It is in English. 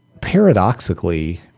paradoxically